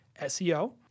SEO